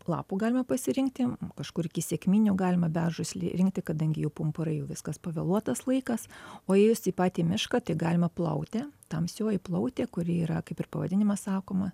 lapų galime pasirinkti kažkur iki sekminių galima beržus rinkti kadangi jų pumpurai jau viskas pavėluotas laikas o įėjus į patį mišką tai galima plautę tamsioji plautė kuri yra kaip ir pavadinimas sakoma